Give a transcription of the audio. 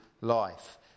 life